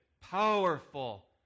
powerful